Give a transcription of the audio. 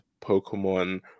Pokemon